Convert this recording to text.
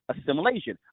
assimilation